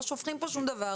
לא שופכים פה שום דבר,